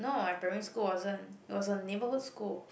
no my primary school wasn't it was a neighborhood school